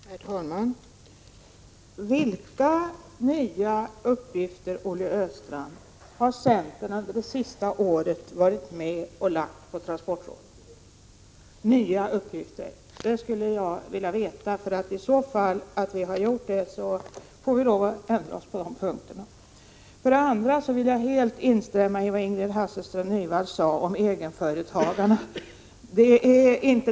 Herr talman! Vilka nya uppgifter, Olle Östrand, har centern varit med om att lägga på transportrådet under det senaste året? Det skulle jag vilja veta. Om vi har gett transportrådet några nya uppgifter, då får vi lov att ändra oss på den punkten. Sedan vill jag helt instämma i vad Ingrid Hasselström Nyvall sade om egenföretagarna.